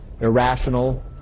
irrational